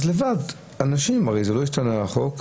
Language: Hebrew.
הרי לא השתנה החוק,